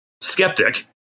skeptic